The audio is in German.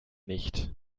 nicht